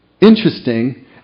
interesting